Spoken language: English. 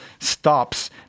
stops